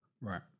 right